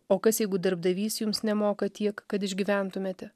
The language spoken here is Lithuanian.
o kas jeigu darbdavys jums nemoka tiek kad išgyventumėte